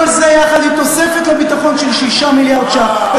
כל זה, יחד עם תוספת לביטחון של 6 מיליארד ש"ח.